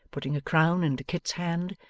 putting a crown into kit's hand,